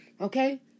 Okay